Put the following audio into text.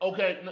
Okay